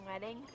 wedding